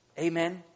Amen